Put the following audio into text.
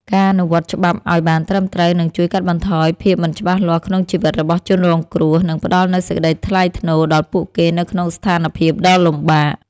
ការអនុវត្តច្បាប់ឱ្យបានត្រឹមត្រូវនឹងជួយកាត់បន្ថយភាពមិនច្បាស់លាស់ក្នុងជីវិតរបស់ជនរងគ្រោះ និងផ្តល់នូវសេចក្តីថ្លៃថ្នូរដល់ពួកគេនៅក្នុងស្ថានភាពដ៏លំបាក។